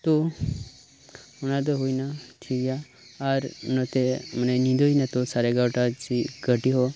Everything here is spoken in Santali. ᱛᱚ ᱚᱱᱟ ᱦᱳᱭ ᱮᱱᱟ ᱴᱷᱤᱠ ᱜᱮᱭᱟ ᱟᱨ ᱱᱚᱛᱮ ᱢᱟᱱᱮ ᱧᱤᱫᱟᱹ ᱮᱱᱟᱛᱚ ᱥᱟᱲᱮ ᱮᱜᱟᱨᱳᱴᱟ ᱠᱟᱹᱴᱤᱡ ᱦᱚᱸ